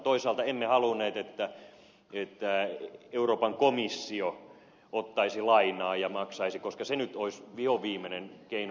toisaalta emme halunneet että euroopan komissio ottaisi lainaa ja maksaisi koska se nyt olisi vihonviimeinen keino